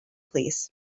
plîs